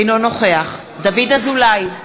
אינו נוכח דוד אזולאי,